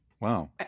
wow